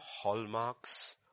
hallmarks